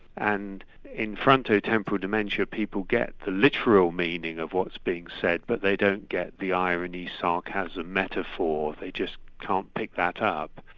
and in frontotemporal dementia people get the literal meaning of what's being said but they don't get the irony, sarcasm, metaphor, they just can't pick that up.